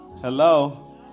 Hello